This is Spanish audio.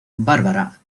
barbara